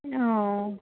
অ